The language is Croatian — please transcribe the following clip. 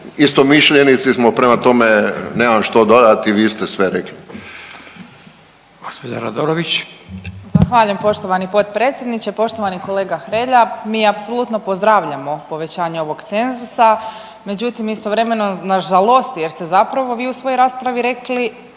istomišljenici smo, prema tome, nemam što dodati, vi ste sve rekli. **Radin, Furio (Nezavisni)** Gđa. Radolović. **Radolović, Sanja (SDP)** Zahvaljujem poštovani potpredsjedniče, poštovani kolega Hrelja. Mi apsolutno pozdravljamo povećanje ovog cenzusa, međutim, istovremeno nas žalosti jer ste zapravo vi u svojoj raspravi rekli